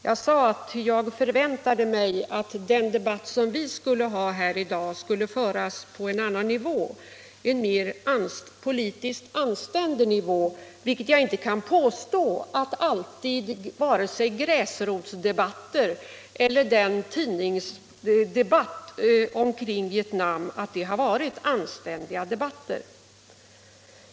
Jag sade att jag förväntade mig att den debatt som vi skulle ha här i dag skulle föras på en annan nivå, en mer politiskt anständig nivå, vilket jag inte kan påstå alltid har varit fallet med vare sig gräsrotsdebatten eller tidningsdebatten omkring Vietnam.